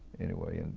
anyway, and